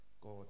God